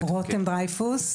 רותם דרייפוס,